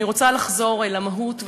אני רוצה לחזור למהות,